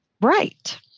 Right